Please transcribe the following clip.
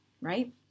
Right